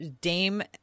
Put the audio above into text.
Dame